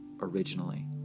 originally